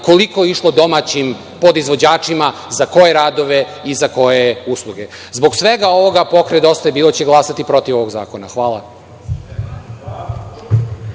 koliko je išlo domaćim podizvođačima za koje radove i za koje usluge. Zbog svega ovoga pokret DJB će glasati protiv ovog zakona. Hvala.